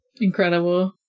Incredible